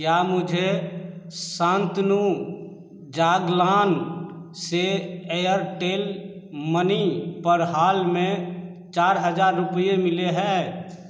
क्या मुझे शांतनु जागलान से एयरटेल मनी पर हाल में चार हज़ार रुपये मिले हैं